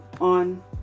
on